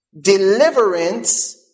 Deliverance